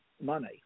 money